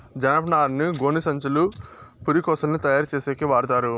జనపనారను గోనిసంచులు, పురికొసలని తయారు చేసేకి వాడతారు